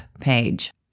page